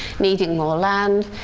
needing more land.